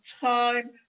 time